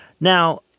Now